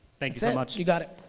thanks so much. you got it.